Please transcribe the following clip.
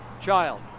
child